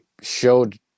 showed